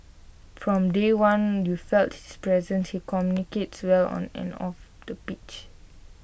from day one you felt his presence he communicates well on and off the pitch